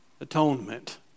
Atonement